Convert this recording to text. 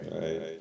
right